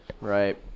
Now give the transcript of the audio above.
Right